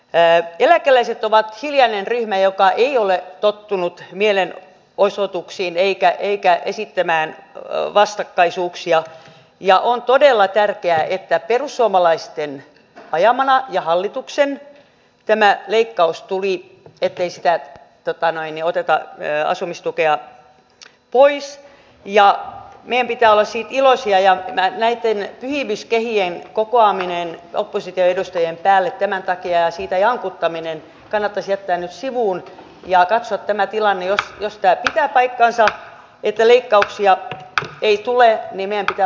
me eläkeläiset ovat hiljainen ryhmä joka ei ole tottunut mielen osoituksiin eikä eikä esittämään vastakkaisuuksia jaon todella tärkeää että perussuomalaisten ajamana ja hallituksen tänään leikkaus tuli ettei se täytä tätä mainio oteta ja asumistukea pois ja mieli ja osin iloisia ja näin näitten ihmisgeenien kokoaminen oppositioedustajien päälle tämän takia ja siitä jankuttaminen kannattaisi että ne sivuun ja katso tämä tilanne jos työstä pitää paikkansa että leikkauksia ei tule nimiä ja